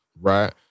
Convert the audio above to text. Right